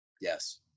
Yes